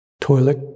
toilet